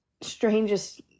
strangest